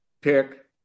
Pick